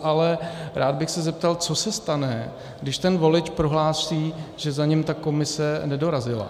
Ale rád bych se zeptal, co se stane, když ten volič prohlásí, že za ním ta komise nedorazila.